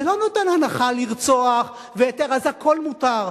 זה לא נותן הנחה לרצוח והיתר, אז הכול מותר.